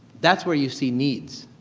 that's where you see needs.